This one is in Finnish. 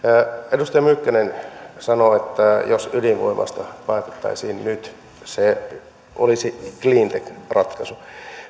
edustaja mykkänen sanoo että jos ydinvoimasta päätettäisiin nyt se olisi cleantech ratkaisu